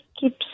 keeps